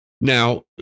Now